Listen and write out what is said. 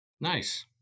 Nice